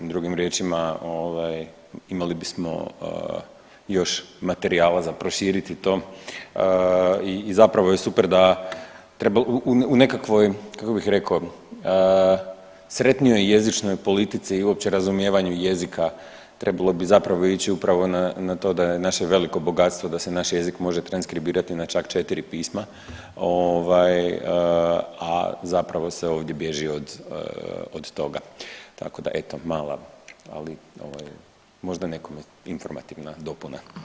Drugim riječima ovaj imali bismo još materijala za proširiti to i zapravo je super da treba u nekakvoj kako bih rekao sretnijoj jezičnoj politici i uopće razumijevanju jezika trebalo bi zapravo ići upravo na, na to da je naše veliko bogatstvo da se naš jezik može transkribirati na čak četiri pisma ovaj, a zapravo se ovdje bježi od, od toga, tako da eto mala, ali ovaj možda nekome informativna dopuna.